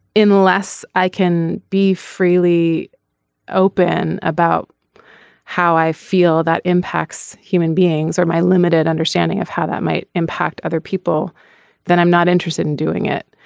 unless i can be freely open about how i feel that impacts human beings or my limited understanding of how that might impact other people then i'm not interested in doing it.